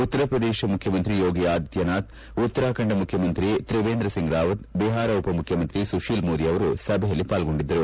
ಉತ್ತರ ಪ್ರದೇಶ ಮುಖ್ಯಮಂತ್ರಿ ಯೋಗಿ ಆದಿತ್ತನಾಥ್ ಉತ್ತರಾಖಂಡ ಮುಖ್ಯಮಂತ್ರಿ ತ್ರಿವೇಂದ್ರ ಸಿಂಗ್ ರಾವತ್ ಬಿಹಾರ ಉಪಮುಖ್ಯಮಂತ್ರಿ ಸುಶೀಲ್ ಮೋದಿ ಅವರು ಸಭೆಯಲ್ಲಿ ಪಾಲ್ಗೊಂಡಿದ್ದರು